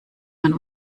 man